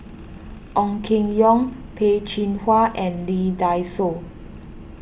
Ong Keng Yong Peh Chin Hua and Lee Dai Soh